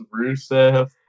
Rusev